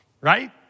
Right